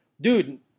Dude